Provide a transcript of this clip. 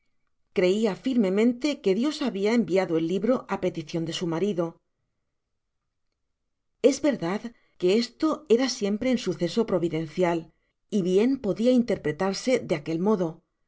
creia firmemente que dios habia enviado el libro á peticion de su marido es verdad que esto era siempre un suceso provindeacial y bien podia interpretarse de aquel modo